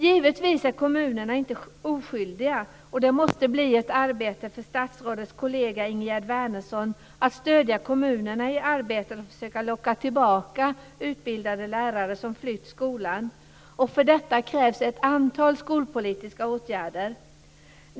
Givetvis är kommunerna inte oskyldiga, och det måste bli ett arbete för statsrådets kollega Ingegerd Wärnersson att stödja kommunerna i arbetet att försöka locka tillbaka utbildade lärare som flytt skolan. För detta krävs ett antal skolpolitiska åtgärder.